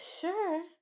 Sure